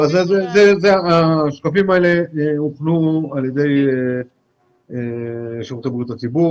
השקפים האלה נבנו על ידי שירותי בריאות הציבור,